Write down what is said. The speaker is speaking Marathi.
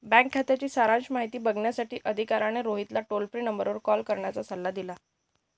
बँक खात्याची सारांश माहिती बघण्यासाठी अधिकाऱ्याने रोहितला टोल फ्री नंबरवर कॉल करण्याचा सल्ला दिला